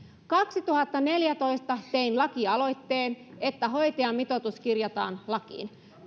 kaksituhattaneljätoista tein lakialoitteen että hoitajamitoitus kirjataan lakiin